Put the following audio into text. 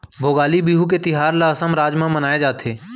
भोगाली बिहू के तिहार ल असम राज म मनाए जाथे